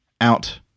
out